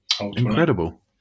incredible